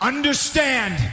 Understand